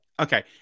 Okay